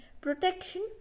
protection